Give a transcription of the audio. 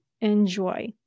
enjoy